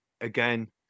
again